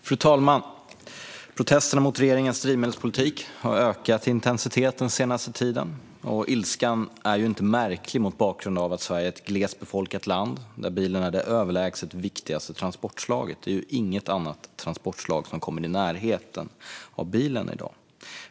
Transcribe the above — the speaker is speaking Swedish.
Fru talman! Protesterna mot regeringens drivmedelspolitik har ökat i intensitet den senaste tiden. Denna ilska är inte märklig, mot bakgrund av att Sverige är ett glest befolkat land där bilen är det överlägset viktigaste transportslaget. Inget annat transportslag kommer i närheten av bilen i dag.